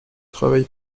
travail